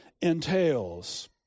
entails